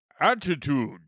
attitude